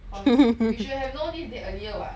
because you should have known this date earlier [what]